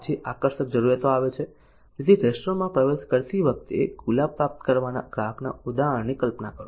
પછી આકર્ષક જરૂરિયાતો આવે છે તેથી રેસ્ટોરન્ટમાં પ્રવેશ કરતી વખતે ગુલાબ પ્રાપ્ત કરવાના ગ્રાહકના ઉદાહરણની કલ્પના કરો